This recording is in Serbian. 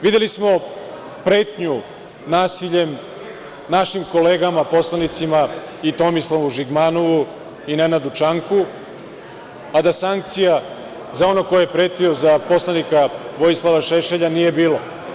Videli smo pretnju nasiljem našim kolegama poslanicima i Tomislavu Žigmanovu i Nenadu Čanku, a da sankcije za onog koji je pretio, za poslanika Vojislava Šešelja, nije bilo.